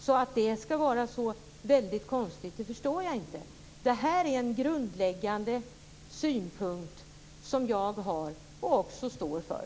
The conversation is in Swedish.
Jag kan alltså inte förstå att detta skulle vara så konstigt. Det här är en grundläggande synpunkt som jag har och också står för.